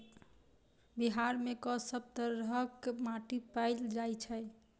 बिहार मे कऽ सब तरहक माटि पैल जाय छै?